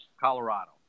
Colorado